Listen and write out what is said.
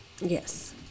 Yes